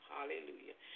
Hallelujah